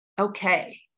Okay